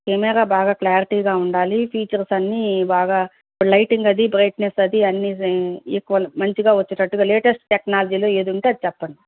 camera బాగా క్లారిటీగా ఉండాలి ఫీచర్స్ అన్నీ బాగా ఇప్పుడు లైటింగ్ అది బ్రైట్నెస్ అది అన్న ఈక్వల్ మంచిగా వచ్చేటట్టు లేటెస్ట్ టెక్నాలజీలో ఏది ఉంటే అది చెప్పండి